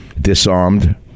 Disarmed